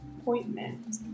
appointment